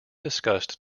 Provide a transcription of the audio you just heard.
discussed